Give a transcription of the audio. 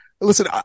Listen